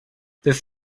this